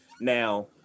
Now